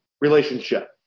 relationship